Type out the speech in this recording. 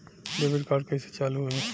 Debit card कइसे चालू होई?